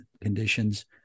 conditions